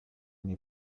nei